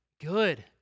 Good